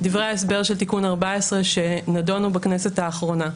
דברי ההסבר של תיקון 14 שנדונו בכנסת האחרונה.